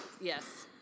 Yes